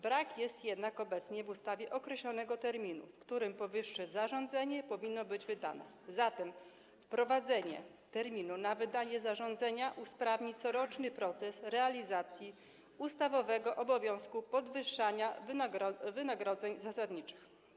Brak jest jednak obecnie w ustawie określonego terminu, w którym powyższe zarządzenie powinno być wydane zatem wprowadzenie terminu przewidzianego na wydanie zarządzenia usprawni coroczny proces realizacji ustawowego obowiązku podwyższania wynagrodzeń zasadniczych.